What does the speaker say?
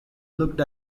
looked